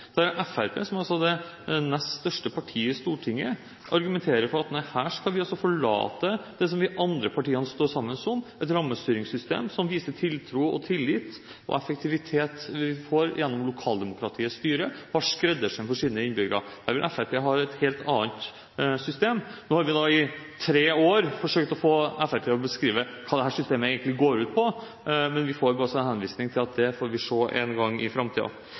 som altså er det nest største partiet i Stortinget, argumenterer for at her skal vi forlate det som de andre partiene står sammen om – et rammestyringssystem som har tiltro og tillit og viser effektivitet gjennom lokaldemokratiets styre – og har skreddersøm for sine innbyggere. Her vil Fremskrittspartiet ha et helt annet system. Nå har vi i tre år forsøkt å få Fremskrittspartiet til å beskrive hva dette systemet egentlig går ut på, men vi blir henvist til at det får vi se en gang i